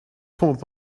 pomp